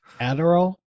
adderall